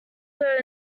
were